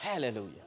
Hallelujah